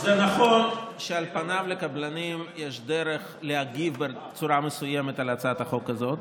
זה נכון שעל פניו לקבלנים יש דרך להגיב בצורה מסוימת על הצעת החוק הזאת,